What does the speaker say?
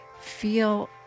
feel